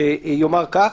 שיאמר כך: